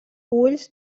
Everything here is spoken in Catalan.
ulls